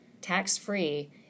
tax-free